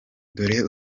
dore